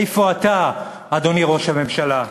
איפה אתה, אדוני ראש הממשלה?